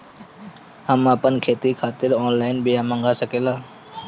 हम आपन खेती खातिर का ऑनलाइन बिया मँगा सकिला?